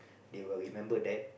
they will remember that